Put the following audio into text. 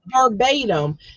verbatim